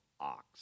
ox